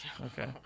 Okay